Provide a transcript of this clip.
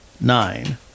nine